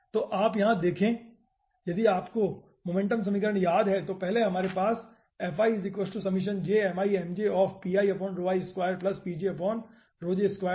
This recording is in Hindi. तो आप यहाँ देखें यदि आपको मोमेंटम समीकरण याद है तो पहले हमारे पास था